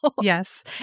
Yes